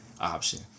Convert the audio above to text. option